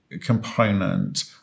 component